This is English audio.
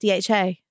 DHA